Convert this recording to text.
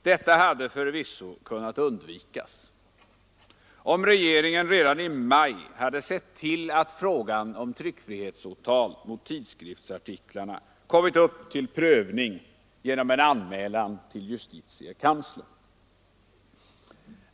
Detta hade förvisso kunnat undvikas, om regeringen redan i maj sett till att frågan om tryckfrihetsåtal mot tidskriftsartiklarna kommit upp till prövning genom en anmälan till justitiekanslern.